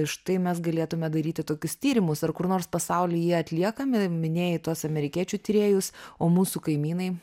štai mes galėtume daryti tokius tyrimus ar kur nors pasauly jie atliekami minėjai tuos amerikiečių tyrėjus o mūsų kaimynai